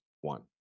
one